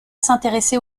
s’intéresser